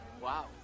Wow